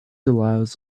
allows